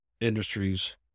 industries